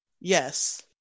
yes